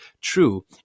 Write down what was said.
true